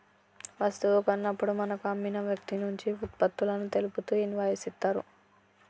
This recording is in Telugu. వస్తువు కొన్నప్పుడు మనకు అమ్మిన వ్యక్తినుంచి వుత్పత్తులను తెలుపుతూ ఇన్వాయిస్ ఇత్తరు